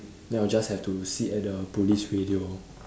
then I'll just have to sit at the police radio